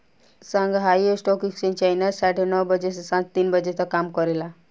Shanghai stock exchange China साढ़े नौ बजे से सांझ तीन बजे तक काम करेला